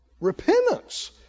repentance